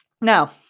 now